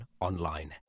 online